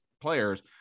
players